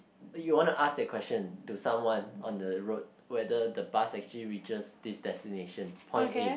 uh you want to ask that question to someone on the road whether the bus actually reaches this destination point A